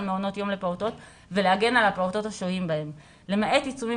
מעונות יום לפעוטות ולהגן על הפעוטות השוהים בהם למעט עיצומים